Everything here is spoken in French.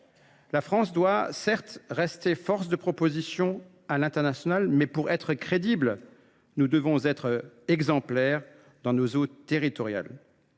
La France doit rester force de proposition à l’international ; toutefois, pour être crédible, elle doit être exemplaire dans ses eaux territoriales.